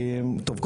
טוב,